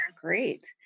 great